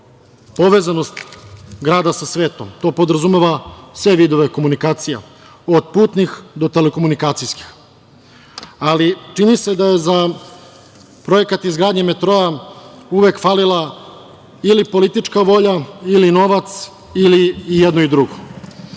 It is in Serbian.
povezanost grada sa svetom. To podrazumeva sve vidove komunikacija, od putnih do telekomunikacijskih. Ali, čini se da je za projekat izgradnje metroa uvek falila ili politička volja ili novac ili i jedno i